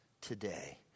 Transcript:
today